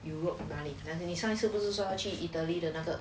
europe 哪里可能你上一次不是说要去 italy 的那个